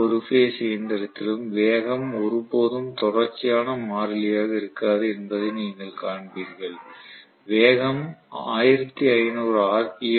எந்த ஒரு பேஸ் இயந்திரத்திலும் வேகம் ஒருபோதும் தொடர்ச்சியான மாறிலியாக இருக்காது என்பதை நீங்கள் காண்பீர்கள் வேகம் 1500 ஆர்